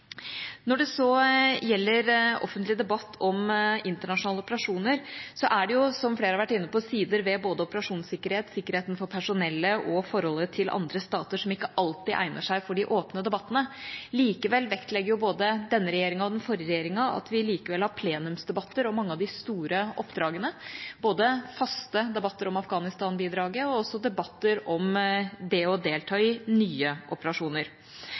Når det så gjelder offentlig debatt om internasjonale operasjoner, er det, som flere har vært inne på, sider ved både operasjonssikkerhet, sikkerheten for personellet og forholdet til andre stater som ikke alltid egner seg for de åpne debattene. Likevel vektlegger både denne regjeringa og den forrige regjeringa at vi har plenumsdebatter om mange av de store oppdragene, både faste debatter om Afghanistan-bidraget og også debatter om det å delta i nye operasjoner.